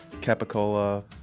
capicola